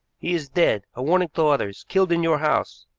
he is dead, a warning to others, killed in your house,